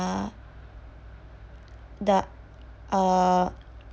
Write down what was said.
uh the uh